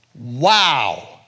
Wow